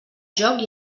joc